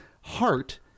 heart